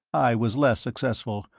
i was less successful,